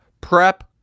prep